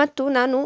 ಮತ್ತು ನಾನು